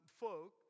folk